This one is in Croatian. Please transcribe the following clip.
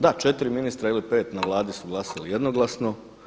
Da, 4 ministra ili 5 na Vladi su glasali jednoglasno.